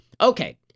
Okay